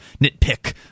nitpick